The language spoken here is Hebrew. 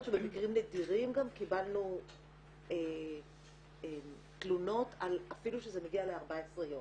שבמקרים נדירים גם קיבלנו תלונות אפילו שזה מגיע ל-14 יום.